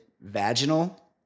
vaginal